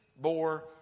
bore